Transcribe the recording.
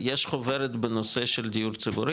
יש חוברת בנושא של דיור ציבורי?